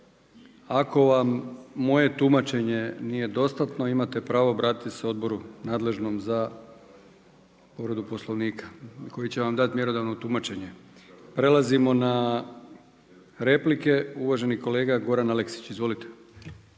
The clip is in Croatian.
Ako vam moje tumačenje nije dostatno imate pravo obratiti se Odboru nadležnom za povredu Poslovnika koji će vam dati mjerodavno tumačenje. Prelazimo na replike, uvaženi kolega Goran Aleksić. Izvolite.